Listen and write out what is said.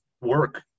work